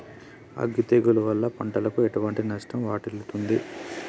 అగ్గి తెగులు వల్ల పంటకు ఎటువంటి నష్టం వాటిల్లుతది?